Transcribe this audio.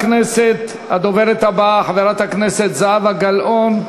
הדוברת הבאה, חברת הכנסת זהבה גלאון.